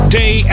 day